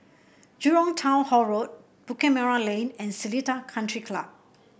Jurong Town Hall Road Bukit Merah Lane and Seletar Country Club